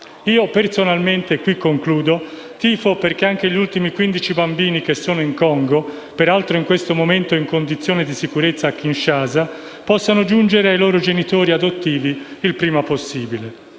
Personalmente tifo perché anche gli ultimi 15 bambini che sono in Congo, peraltro in questo momento in condizione di sicurezza a Kinshasa, possano raggiungere i loro genitori adottivi il prima possibile.